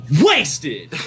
wasted